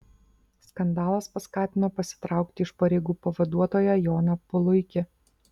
skandalas paskatino pasitraukti iš pareigų pavaduotoją joną puluikį